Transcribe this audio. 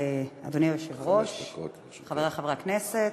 אדוני היושב-ראש, תודה לך, חברי חברי הכנסת,